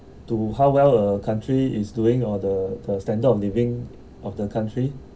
to how well a country is doing or the the standard of living of the country